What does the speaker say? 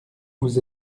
vous